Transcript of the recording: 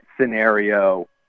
scenario